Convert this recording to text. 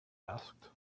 asked